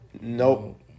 Nope